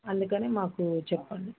అందుకని మాకు చెప్పండి